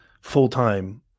full-time